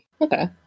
Okay